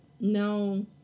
No